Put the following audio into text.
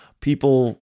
people